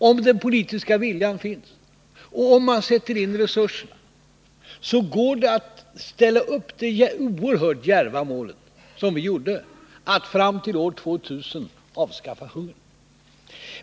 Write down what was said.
Om den politiska viljan finns — det är det ena villkoret — och man sätter in resurserna, går det att ställa upp det oerhört djärva målet — som vi gjorde — att fram till år 2000 avskaffa hungern.